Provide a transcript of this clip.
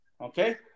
Okay